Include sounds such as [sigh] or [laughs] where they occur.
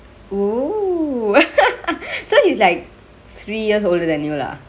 ooh [laughs] so he's like three years older than you lah